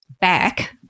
back